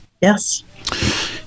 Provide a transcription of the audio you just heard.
yes